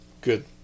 good